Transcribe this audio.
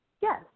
Yes